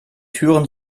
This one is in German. türen